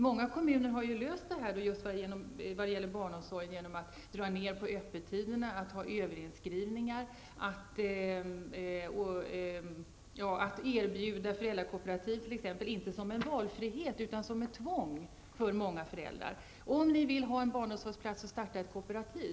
Många kommuner har löst problemet just när det gäller barnomsorgen genom att dra ned på öppettiderna, ha överinskrivningar och att erbjuda t.ex. föräldrakooperativ inte som en valfrihet utan som ett tvång för föräldrar. Man säger till föräldrarna att om de vill ha en barnomsorgsplats, får de lov att starta ett kooperativ.